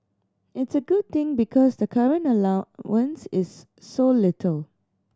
it's a good thing because the current allowance is so little